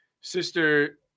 sister